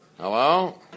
Hello